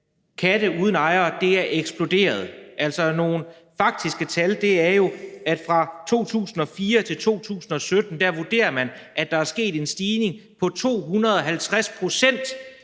katte uden ejere er eksploderet. Altså, nogle faktiske tal er jo, at man vurderer, at fra 2004 til 2017 er der sket en stigning på 250 pct.